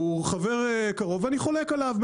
הוא חבר קרוב ואני חולק עליו,